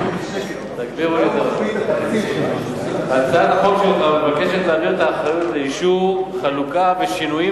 הצעת החוק שלך מבקשת להעביר את האחריות לאישור חלוקה ושינויים